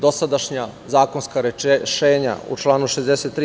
Dosadašnja zakonska rešenja u članu 63.